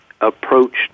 approached